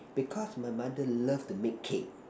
because my mother love to make cake